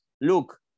look